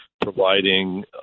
providing